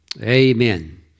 Amen